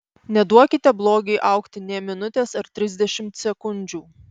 neduokite blogiui augti nė minutės ar trisdešimt sekundžių